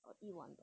err 一碗